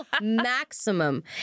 maximum